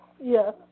yes